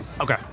Okay